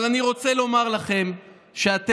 אבל אני רוצה לומר לכם שאתם,